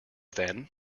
then